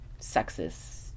sexist